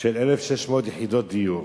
של 1,600 יחידות דיור.